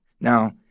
Now